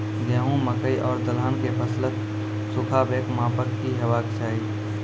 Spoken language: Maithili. गेहूँ, मकई आर दलहन के फसलक सुखाबैक मापक की हेवाक चाही?